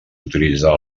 utilitzar